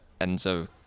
Enzo